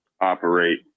operate